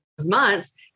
months